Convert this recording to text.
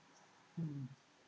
mm